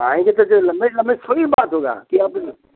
आएंगे तो थोड़ी बाद होगा क्या बोलिए